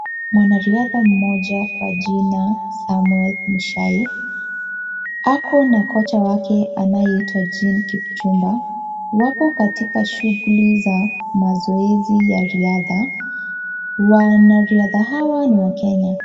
Mwanariadha mmoja kwa jina (cs)Samuel Muchai(cs) ako na kocha wake anayeitwa (cs)Jean Kipchumba(cs). Wapo katika shughuli za mazoezi ya riadha. Wanariadha hawa ni wa Kenya.